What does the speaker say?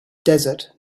desert